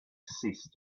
ceased